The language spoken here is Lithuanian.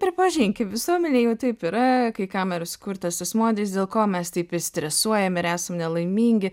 pripažinkim visuomenėj jau taip yra kai kam yra sukurtas tas modelis dėl ko mes taip ir stresuojam ir esam nelaimingi